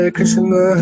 Krishna